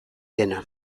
dena